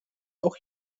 auch